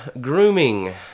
grooming